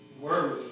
worry